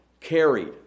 Carried